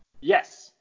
Yes